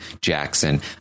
Jackson